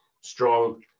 strong